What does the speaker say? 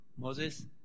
Moses